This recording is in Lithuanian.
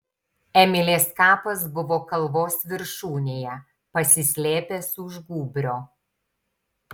emilės kapas buvo kalvos viršūnėje pasislėpęs už gūbrio